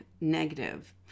negative